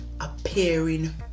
appearing